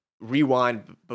rewind